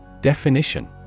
Definition